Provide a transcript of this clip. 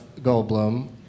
Goldblum